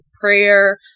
prayer